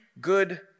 good